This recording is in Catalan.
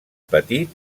petit